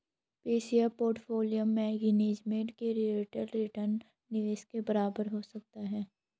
passive portfolio management में relative return निवेश के बराबर हो सकता है